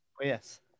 yes